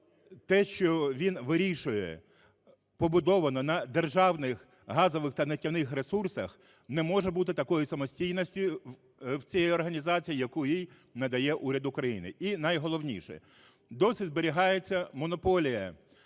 те, що він вирішує, побудовано на державних газових танефтяных ресурсах, не може бути такої самостійності в цій організації, яку їй надає уряд України. І найголовніше. Досі зберігається монополія